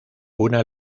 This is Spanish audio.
una